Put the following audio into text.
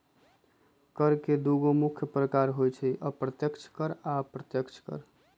कर के दुगो मुख्य प्रकार होइ छै अप्रत्यक्ष कर आ अप्रत्यक्ष कर